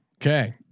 Okay